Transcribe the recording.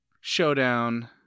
showdown